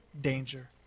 danger